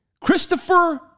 Christopher